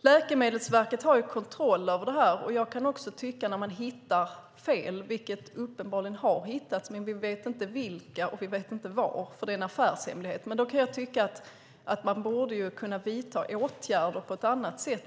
Läkemedelsverket har kontroll över detta. Jag kan tycka att man när man hittar fel, vilket uppenbarligen har skett även om vi inte vet vilka och var eftersom det är en affärshemlighet, borde kunna vidta åtgärder på ett annat sätt.